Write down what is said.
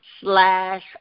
slash